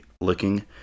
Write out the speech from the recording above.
looking